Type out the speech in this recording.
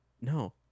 no